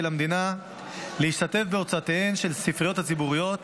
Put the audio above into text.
המדינה להשתתף בהוצאותיהן של הספריות הציבוריות